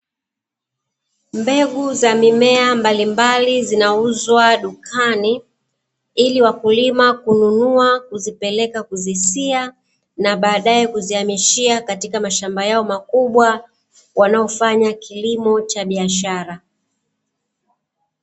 Mbegu za mimea mbalimbali zinauzwa dukani ili wakulima kununua, kuzipeleka kuzisia na badaye kuziamishia katika mashamba yao makubwa wanaofanya kilimo cha biashara .